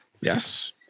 Yes